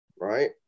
right